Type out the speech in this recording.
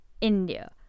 India